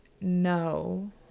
no